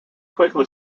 quickly